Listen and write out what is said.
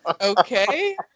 okay